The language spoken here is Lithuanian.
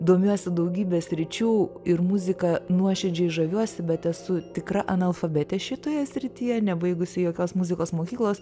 domiuosi daugybe sričių ir muzika nuoširdžiai žaviuosi bet esu tikra analfabetė šitoje srityje nebaigusi jokios muzikos mokyklos